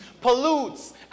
pollutes